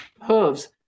hooves